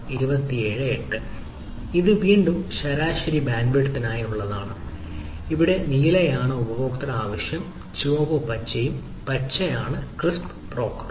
ഇത് വീണ്ടും ശരാശരി ബാൻഡ്വിഡ്ത്തിനായുള്ളതാണ് ഇവിടെ നീലയാണ് ഉപയോക്തൃ ആവശ്യം ചുവപ്പ് ഫസ്സിയും പച്ചയാണ് ക്രിസ്പ് ബ്രോക്കറും